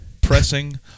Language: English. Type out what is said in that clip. pressing